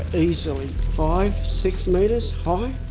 ah easily five, six metres high.